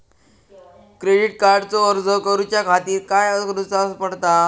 Credit कार्डचो अर्ज करुच्या खातीर काय करूचा पडता?